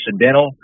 incidental